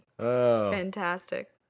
fantastic